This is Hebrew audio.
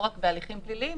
לא רק בהליכים פליליים,